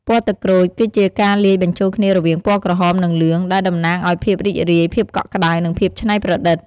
ពណ៌ទឹកក្រូច គឺជាការលាយបញ្ចូលគ្នារវាងពណ៌ក្រហម និងលឿង ដែលតំណាងឱ្យ ភាពរីករាយ ភាពកក់ក្តៅ និងភាពច្នៃប្រឌិត។